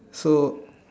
so